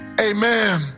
amen